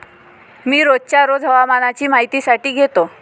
मी रोजच्या रोज हवामानाची माहितीही घेतो